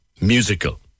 musical